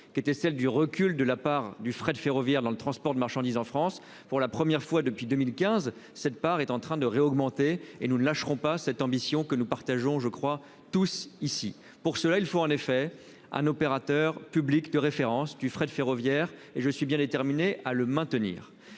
qui était celle du recul de la part du fret ferroviaire dans le transport de marchandises en France pour la première fois depuis 2015, cette part est en train de réaugmenter et nous ne lâcherons pas cette ambition que nous partageons je crois tous ici. Pour cela, il faut en effet à l'opérateur public de référence du fret ferroviaire et je suis bien déterminé à le maintenir.